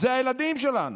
אלה הילדים שלנו,